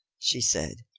she said.